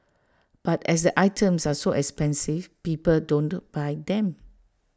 but as the items are so expensive people don't buy them